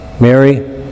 Mary